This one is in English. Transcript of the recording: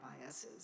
biases